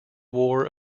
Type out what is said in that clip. war